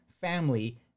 family